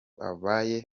abaye